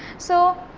so,